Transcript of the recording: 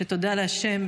שתודה לשם,